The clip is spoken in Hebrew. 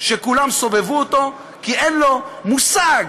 שכולם סובבו אותו, כי אין לו מושג